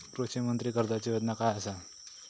कृषीमित्र कर्जाची योजना काय असा?